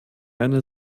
eine